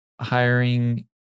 hiring